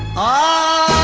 i